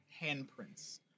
handprints